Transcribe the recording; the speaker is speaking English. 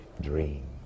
dream